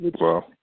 Wow